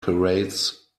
parades